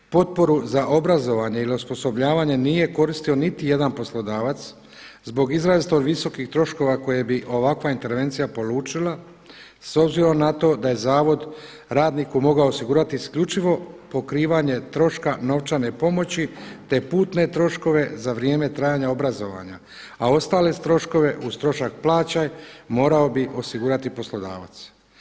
Potporu za obrazovanje ili osposobljavanje nije koristio niti jedan poslodavac zbog izrazito visokih troškova koje bi ovakva intervencija polučila s obzirom na to da je zavod radniku mogao osigurati isključivo pokrivanje troška novčane pomoći, te putne troškove za vrijeme trajanja obrazovanja, a ostale troškove uz trošak plaće morao bi osigurati poslodavac.